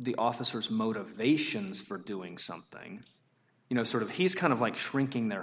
the officers motivations for doing something you know sort of he's kind of like shrinking their